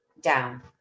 down